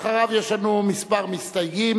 אחריו יש לנו כמה מסתייגים.